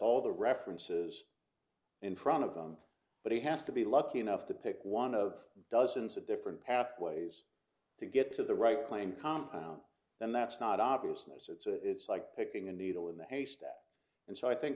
all the references in front of them but he has to be lucky enough to pick one of dozens of different pathways to get to the right claim compound and that's not obviousness it's it's like picking a needle in the haystack and so i think